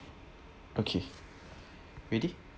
okay ready